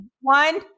One